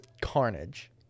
carnage